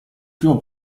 primo